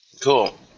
Cool